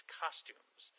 costumes